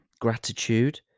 gratitude